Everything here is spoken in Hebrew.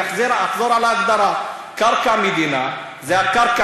אני אחזור על ההגדרה: קרקע מדינה זה קרקע